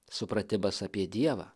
supratimas apie dievą